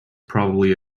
probably